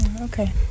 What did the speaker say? Okay